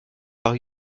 par